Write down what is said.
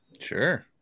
Sure